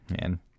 Man